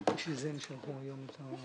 מה שהגיעו אליו הגמ"חים עם הרשות להלבנת הון?